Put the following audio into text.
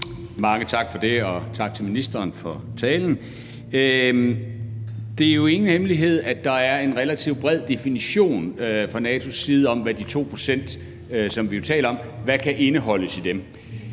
Mange tak for det, og tak til ministeren for talen. Det er jo ingen hemmelighed, at der er en relativt bred definition fra NATO's side af, hvad der kan indeholdes i de